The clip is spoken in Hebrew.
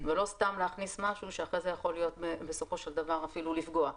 ולא סתם להכניס משהו שבסופו של דבר יכול אפילו לפגוע,